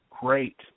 great